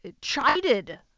chided